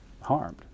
harmed